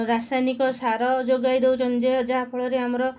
ରାସାୟନିକ ସାର ଯୋଗାଇ ଦେଉଛନ୍ତି ଯେ ଯାହାଫଳରେ ଆମର